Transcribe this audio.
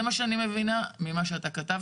מה זה הסעיף מ- 2014?